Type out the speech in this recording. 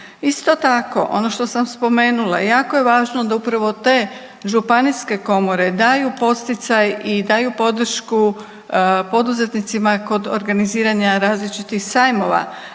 Isto tako ono što sam spomenula, jako je važno da upravo te županijske komore daju podsticaj i daju podršku poduzetnicima kod organiziranja različitih sajmova,